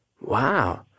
Wow